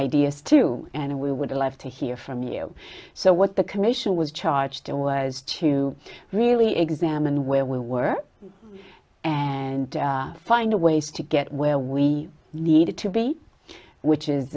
ideas too and we would love to hear from you so what the commission was charged to was to really examine where we were and find ways to get where we needed to be which is